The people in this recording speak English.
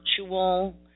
virtual